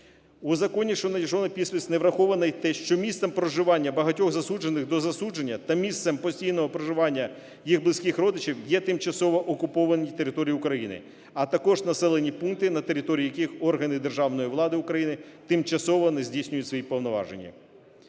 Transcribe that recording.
У законі, що надійшов на підпис, не враховано й те, що місцем проживання багатьох засуджених до засудження та місцем постійного проживання їх близьких родичів є тимчасово окуповані території України, а також населені пункти, на території яких органи державної влади України тимчасово не здійснюють свої повноваження.